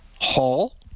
Hall